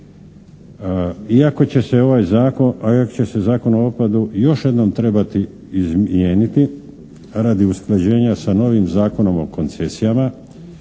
primjedbi na sadržaj. Iako će se Zakon o otpadu još jednom trebati izmijeniti radi usklađenja sa novim Zakonom o koncesijama